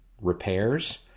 repairs